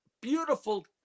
beautiful